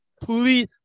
Please